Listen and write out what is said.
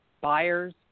Buyers